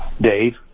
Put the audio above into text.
Dave